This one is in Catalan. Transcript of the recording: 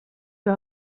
que